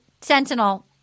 Sentinel